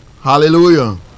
Hallelujah